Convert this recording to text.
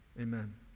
amen